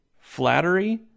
Flattery